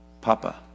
Papa